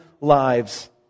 lives